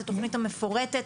את התוכנית המפורטת,